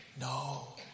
No